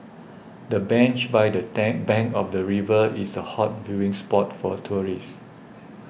the bench by the bank of the river is a hot viewing spot for tourists